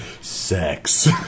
Sex